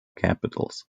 capitals